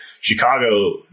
Chicago